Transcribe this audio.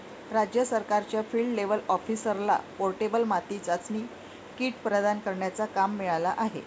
राज्य सरकारच्या field level ऑफिसरला पोर्टेबल माती चाचणी किट प्रदान करण्याचा काम मिळाला आहे